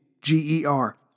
G-E-R